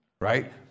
Right